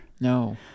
No